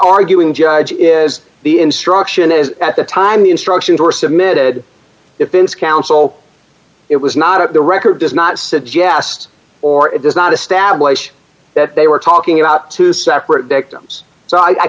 arguing judge is the instruction is at the time the instructions were submitted defense counsel it was not of the record does not suggest or it does not establish that they were talking about two separate victims so i